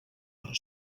però